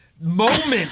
Moment